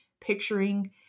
picturing